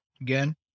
Again